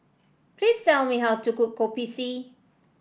please tell me how to cook Kopi C